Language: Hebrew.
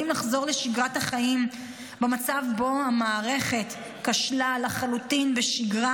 לחזור לשגרת החיים במצב שבו המערכת כשלה לחלוטין בשגרה.